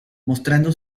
mostrando